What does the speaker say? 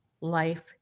life